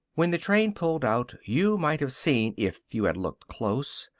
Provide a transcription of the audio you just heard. when the train pulled out, you might have seen, if you had looked close,